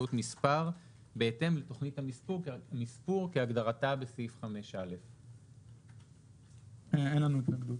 באמצעות מספר בהתאם לתוכנית המספור כהגדרתה בסעיף 5א. אין לנו התנגדות.